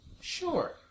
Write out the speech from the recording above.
Sure